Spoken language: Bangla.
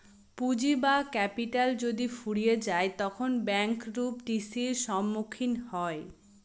পুঁজি বা ক্যাপিটাল যদি ফুরিয়ে যায় তখন ব্যাঙ্ক রূপ টি.সির সম্মুখীন হয়